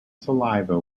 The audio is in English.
saliva